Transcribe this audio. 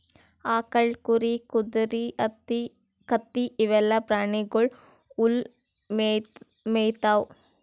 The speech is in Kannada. ಆಕಳ್, ಕುರಿ, ಕುದರಿ, ಕತ್ತಿ ಇವೆಲ್ಲಾ ಪ್ರಾಣಿಗೊಳ್ ಹುಲ್ಲ್ ಮೇಯ್ತಾವ್